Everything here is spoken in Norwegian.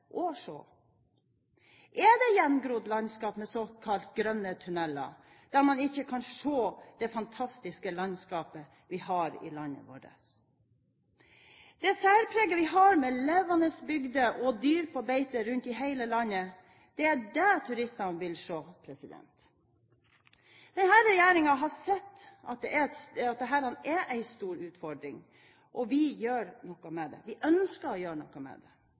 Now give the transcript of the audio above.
Er det gjengrodd landskap med såkalte grønne tuneller der man ikke kan se det fantastiske landskapet vi har i landet vårt? Det særpreget vi har med levende bygder og dyr på beite rundt i hele landet, det er dét turistene vil se. Denne regjeringen har sett at dette er en stor utfordring, og vi gjør noe med det. Vi ønsker å gjøre noe med det. Satsingen på reiseliv har vært en rød tråd i regjeringens næringspolitikk. Og selv om det